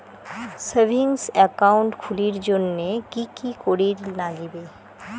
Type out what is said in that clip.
Savings account খুলির জন্যে কি কি করির নাগিবে?